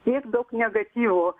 tiek daug negatyvo